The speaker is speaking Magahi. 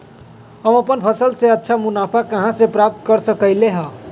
हम अपन फसल से अच्छा मुनाफा कहाँ से प्राप्त कर सकलियै ह?